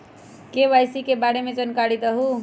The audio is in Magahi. के.वाई.सी के बारे में जानकारी दहु?